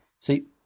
See